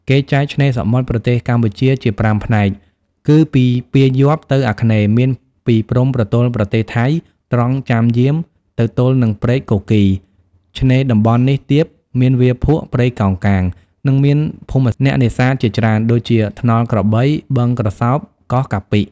គេចែកឆ្នេរសមុទ្រប្រទេសកម្ពុជាជា ៥ ផ្នែក គឺពីពាយ័ព្យទៅអាគ្នេយ៍មានពីព្រំប្រទល់ប្រទេសថៃ ត្រង់ ចាំយាម ទៅទល់នឹងព្រែកគគីរ ឆ្នេរតំបន់នេះទាប មានវាលភក់ ព្រៃកោងកាង និងមានភូមិអ្នកនេសាទជាច្រើន ដូចជា ថ្នល់ក្របី បឹងក្រសោប កោះកាពិ។